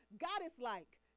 goddess-like